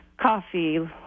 coffee